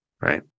Right